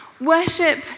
Worship